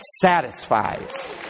satisfies